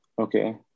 Okay